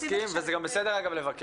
מסכים, וזה גם בסדר, אגב, לבקר.